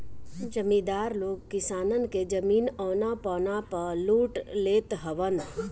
जमीदार लोग किसानन के जमीन औना पौना पअ लूट लेत हवन